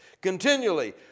Continually